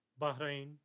Bahrain